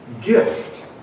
gift